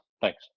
Thanks